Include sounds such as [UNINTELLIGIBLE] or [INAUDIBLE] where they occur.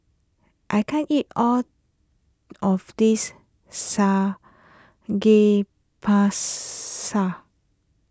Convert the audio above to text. I can't eat all of this [UNINTELLIGIBLE]